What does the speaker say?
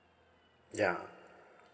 ya